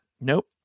nope